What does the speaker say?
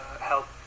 help